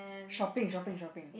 shopping shopping shopping